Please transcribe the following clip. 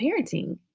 parenting